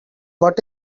what